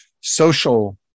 social